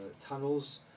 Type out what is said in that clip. tunnels